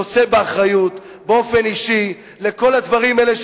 נושא באחריות באופן אישי לכל הדברים האלה,